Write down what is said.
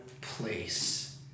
place